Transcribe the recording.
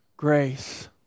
Grace